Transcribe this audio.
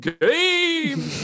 game